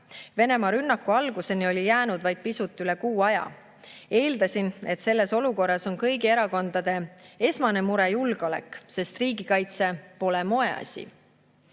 Venemaa rünnaku alguseni oli jäänud vaid pisut üle kuu aja. Eeldasin, et selles olukorras on kõigi erakondade esmane mure julgeolek, sest "riigikaitse pole moeasi".